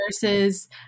versus